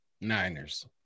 Niners